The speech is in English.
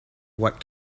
what